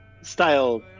style